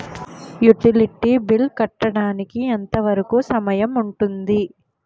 Utility bill కట్టడానికి ఎంత వరుకు సమయం ఉంటుంది?